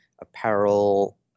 apparel